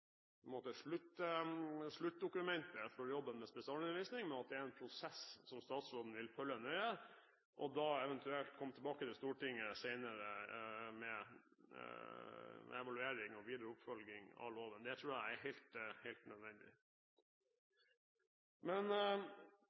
sluttdokumentet for jobben med spesialundervisning, men at det er en prosess som statsråden vil følge nøye og eventuelt senere komme tilbake til Stortinget med evaluering og videre oppfølging av loven. Det tror jeg er helt nødvendig.